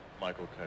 Michael